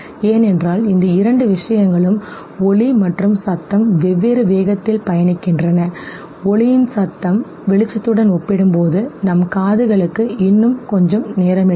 ஏனென்றால் இந்த இரண்டு விஷயங்களும் ஒளி மற்றும் சத்தம் வெவ்வேறு வேகத்தில் பயணிக்கின்றன ஒலியின் சத்தம் ஒளியுடன் ஒப்பிடும்போது நம் காதுக்கு இன்னும் கொஞ்சம் நேரம் எடுக்கும்